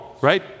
Right